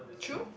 true